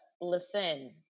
listen